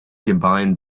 combine